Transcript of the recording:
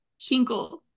Kinkle